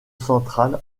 central